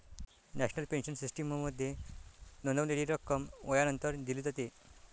national pension सिस्टीममध्ये नोंदवलेली रक्कम वयानंतर दिली जाते